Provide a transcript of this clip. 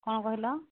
କ'ଣ କହିଲ